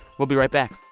we'll be right back